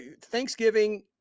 Thanksgiving